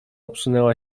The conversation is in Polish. obsunęła